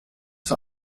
für